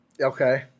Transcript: okay